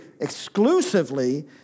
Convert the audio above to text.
exclusively